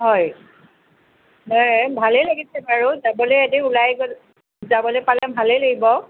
হয় এ ভালে লাগিছে বাৰু যাবলৈ এদিন ওলাই যাবলৈ পালে ভালেই লাগিব